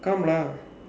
come lah